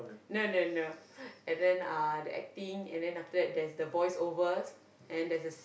no no no and then uh the acting and then after there's the voiceovers and there's the